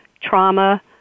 trauma